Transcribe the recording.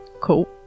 Cool